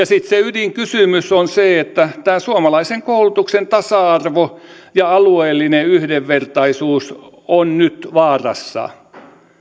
sitten se ydinkysymys on se että tämän suomalaisen koulutuksen tasa arvo ja alueellinen yhdenvertaisuus on nyt vaarassa